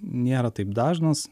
nėra taip dažnas